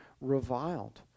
reviled